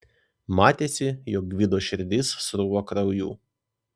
matėsi jog gvido širdis sruvo krauju